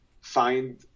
find